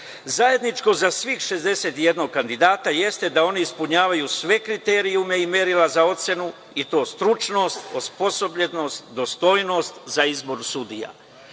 Zajedničko za 61 kandidata jeste da oni ispunjavaju sve kriterijume i merila za ocenu, i to stručnost, osposobljenost, dostojnost za izbor